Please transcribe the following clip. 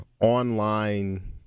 online